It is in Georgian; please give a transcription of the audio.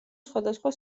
სხვადასხვა